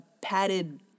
padded